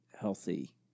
healthy